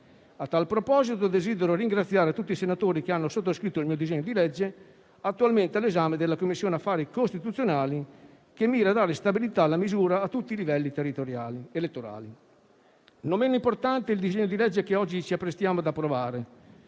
A tal proposito, desidero ringraziare tutti i senatori che hanno sottoscritto il mio disegno di legge, attualmente all'esame della Commissione affari costituzionali, che mira a dare stabilità alla misura a tutti i livelli territoriali ed elettorali. Non meno importante è il disegno di legge che oggi ci apprestiamo ad approvare.